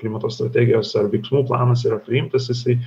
klimato strategijos ar veiksmų planas yra priimtas jisai